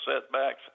setbacks